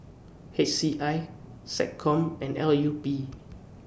H C I Sec Com and L U P